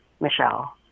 Michelle